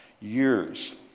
years